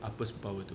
apa superpower itu